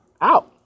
out